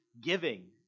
giving